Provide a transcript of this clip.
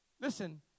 Listen